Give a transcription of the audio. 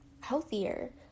healthier